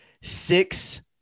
six